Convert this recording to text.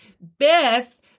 Beth